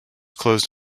closed